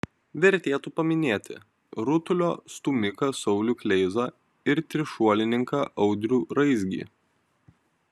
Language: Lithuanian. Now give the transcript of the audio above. vertėtų paminėti rutulio stūmiką saulių kleizą ir trišuolininką audrių raizgį